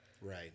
right